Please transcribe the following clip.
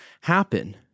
happen